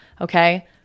okay